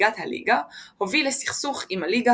כמנהיגת הליגה הוביל לסכסוך עם הליגה